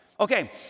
Okay